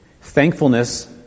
Thankfulness